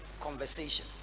conversation